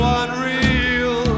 unreal